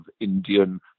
Indian